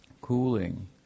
cooling